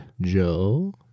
Joe